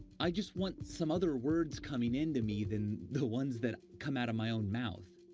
i just want some other words coming in to me than the ones that come out of my own mouth.